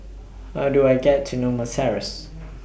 How Do I get to Norma Terrace